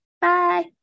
Bye